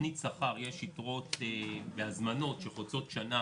בתוכנית שכר יש יתרות בהזמנות שחוצות שנה